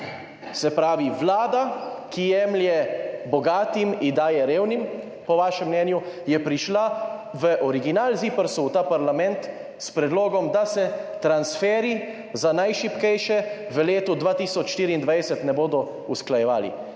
Se pravi, vlada, ki jemlje bogatim in daje revnim, po vašem mnenju, je prišla v originalnem ZIPRS v ta parlament s predlogom, da se transferji za najšibkejše v letu 2024 ne bodo usklajevali.